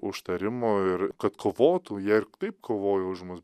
užtarimo ir kad kovotų jie taip kovojo už mus